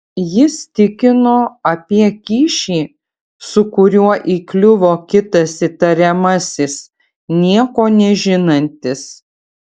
jis tikino apie kyšį su kuriuo įkliuvo kitas įtariamasis nieko nežinantis